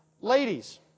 Ladies